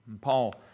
Paul